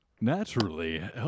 Naturally